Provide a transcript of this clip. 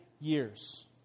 years